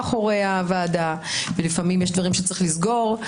שבאים מאחורי הוועדה ולפעמים יש דברים שצריכים סגור.